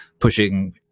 pushing